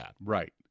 right